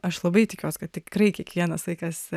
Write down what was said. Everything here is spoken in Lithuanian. aš labai tikiuos kad tikrai kiekvienas vaikas